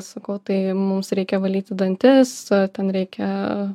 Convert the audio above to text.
sakau tai mums reikia valyti dantis ten reikia